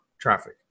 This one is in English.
traffic